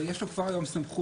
אבל יש לו כבר גם סמכות